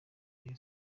rayon